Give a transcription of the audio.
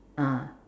ah